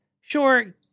sure